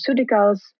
pharmaceuticals